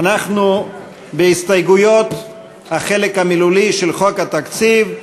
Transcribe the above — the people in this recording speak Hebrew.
אנחנו בהסתייגויות על החלק המילולי של חוק התקציב,